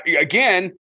again